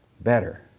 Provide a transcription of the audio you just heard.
better